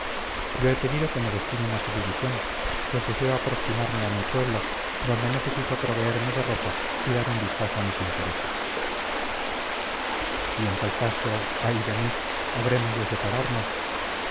yo he pedido que me destinen a su división pues deseo aproximarme a mi pueblo donde necesito proveerme de ropa y dar un vistazo a mis intereses y en tal caso ay de mí habremos de separarnos